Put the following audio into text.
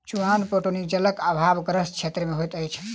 चुआन पटौनी जलक आभावग्रस्त क्षेत्र मे होइत अछि